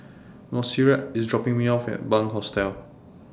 Monserrat IS dropping Me off At Bunc Hostel